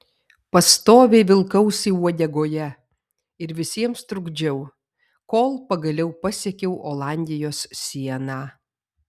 pastoviai vilkausi uodegoje ir visiems trukdžiau kol pagaliau pasiekiau olandijos sieną